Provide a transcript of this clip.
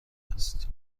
است